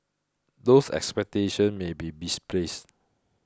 those expectations may be misplaced